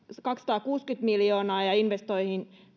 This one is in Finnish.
kaksisataakuusikymmentä miljoonaa ja investointeihin